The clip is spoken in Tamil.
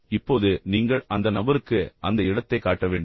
இப்போது நீங்கள் அந்த நபருக்கு அந்த இடத்தை காட்ட வேண்டும்